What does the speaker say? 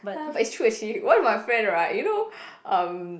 but it's true actually one of my friend right you know um